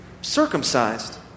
circumcised